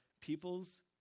people's